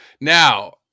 now